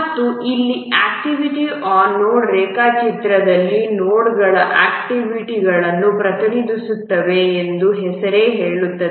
ಮತ್ತು ಇಲ್ಲಿ activity on node ರೇಖಾಚಿತ್ರದಲ್ಲಿ ನೋಡ್ಗಳು ಆಕ್ಟಿವಿಟಿಗಳನ್ನು ಪ್ರತಿನಿಧಿಸುತ್ತವೆ ಎಂದು ಹೆಸರೇ ಹೇಳುತ್ತದೆ